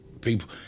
people